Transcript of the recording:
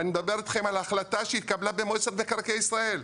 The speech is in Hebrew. ואני מדבר אתכם על החלטה שהתקבלה במועצת מקרקעי ישראל.